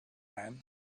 men